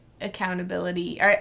accountability